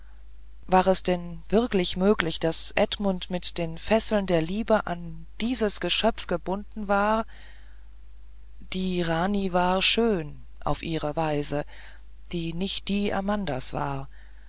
war es denn wirklich möglich daß edmund mit den fesseln der liebe an dieses geschöpf gebunden war die rani war schön auf ihre weise die nicht die amandas war